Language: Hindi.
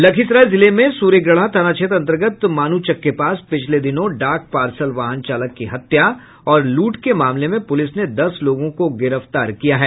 लखीसराय जिले में सूर्यगढ़ा थाना क्षेत्र अंतर्गत मानुचक के पास पिछले दिनों डाक पार्सल वाहन चालक की हत्या और लूट के मामले में पुलिस ने दस लोगों को गिरफ्तार किया है